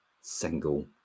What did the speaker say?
single